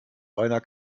reiner